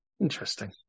Interesting